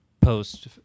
post